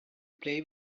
play